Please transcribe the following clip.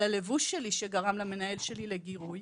על הלבוש שלי שגרם למנהל שלי לגירוי,